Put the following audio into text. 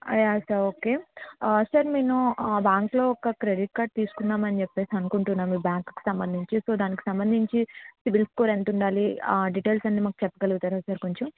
yeah sir okay ఆ sir నేను ఆ బ్యాంక్లో ఒక క్రెడిట్ కార్డ్ తీసుకుందామని చెప్పేసి అనుకుంటున్నాను మీ బ్యాంకుకు సంబంధించి సో దాని సంబంధించి సిబిల్ స్కోర్ ఎంత ఉండాలి ఆ డీటెయిల్స్ అన్ని మాకు చెప్పగలుగుతారా సర్ కొంచెం